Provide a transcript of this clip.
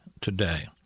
today